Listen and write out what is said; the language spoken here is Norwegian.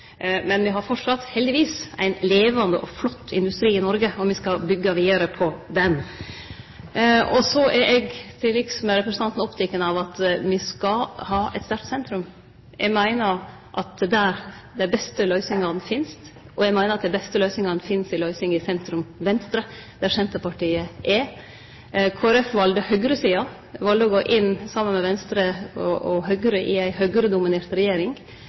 men me har framleis, heldigvis, ein levande og flott industri i Noreg som me skal byggje vidare på. Og så er eg, til liks med representanten, oppteken av at me skal ha eit sterkt sentrum. Eg meiner det er der dei beste løysingane finst, og eg meiner at dei beste løysingane finst i ei sentrum–venstre-løysing, der Senterpartiet er. Kristeleg Folkeparti valde høgresida, valde å gå inn saman med Venstre og Høgre i ei Høgre-dominert regjering.